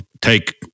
take